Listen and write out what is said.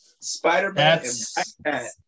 Spider-Man